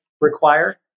require